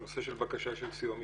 בנושא של בקשה של סיוע משפטי.